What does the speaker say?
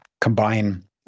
combine